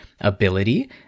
ability